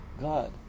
God